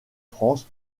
france